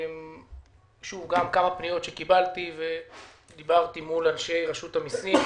כמה פניות שקיבלתי ודיברתי מול אנשי המסים.